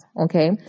okay